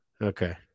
Okay